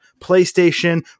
PlayStation